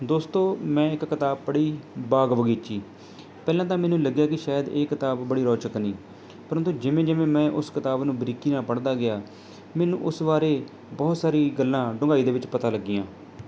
ਦੋਸਤੋ ਮੈਂ ਇੱਕ ਕਿਤਾਬ ਪੜ੍ਹੀ ਬਾਗ਼ ਬਗ਼ੀਚੀ ਪਹਿਲਾਂ ਤਾਂ ਮੈਨੂੰ ਲੱਗਿਆ ਕਿ ਸ਼ਾਇਦ ਇਹ ਕਿਤਾਬ ਬੜੀ ਰੋਚਕ ਨਹੀਂ ਪਰੰਤੂ ਜਿਵੇਂ ਜਿਵੇਂ ਮੈਂ ਉਸ ਕਿਤਾਬ ਨੂੰ ਬਰੀਕੀ ਨਾਲ਼ ਪੜ੍ਹਦਾ ਗਿਆ ਮੈਨੂੰ ਉਸ ਬਾਰੇ ਬਹੁਤ ਸਾਰੀ ਗੱਲਾਂ ਡੂੰਘਾਈ ਦੇ ਵਿੱਚ ਪਤਾ ਲੱਗੀਆਂ